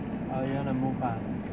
oh you want to move ah